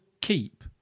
keep